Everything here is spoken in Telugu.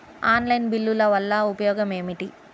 ఆన్లైన్ బిల్లుల వల్ల ఉపయోగమేమిటీ?